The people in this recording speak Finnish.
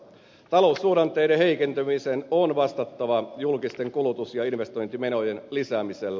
taloussuhdanteiden heikentymiseen on vastattava julkisten kulutus ja investointimenojen lisäämisellä